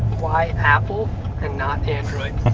why apple and not android?